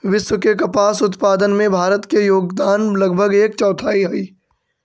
विश्व के कपास उत्पादन में भारत के योगदान लगभग एक चौथाई हइ